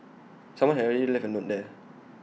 someone had already left A note there